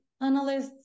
analysts